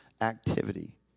activity